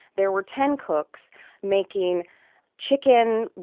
there were ten cooks making chicken,